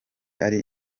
ari